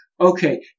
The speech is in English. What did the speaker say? Okay